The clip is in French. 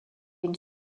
une